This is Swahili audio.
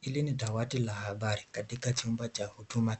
Hili ni dawati ya Huduma wakiwa huduma